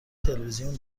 تلویزیون